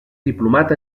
diplomat